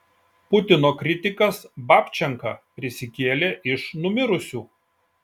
putino kritikas babčenka prisikėlė iš numirusių